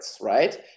right